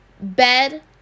bed